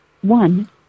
one